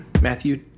Matthew